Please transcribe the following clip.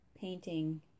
painting